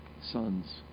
sons